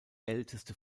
älteste